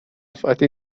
فاطی